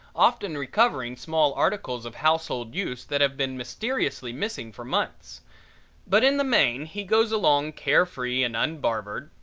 often recovering small articles of household use that have been mysteriously missing for months but in the main he goes along carefree and unbarbered,